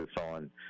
on